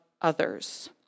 others